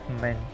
men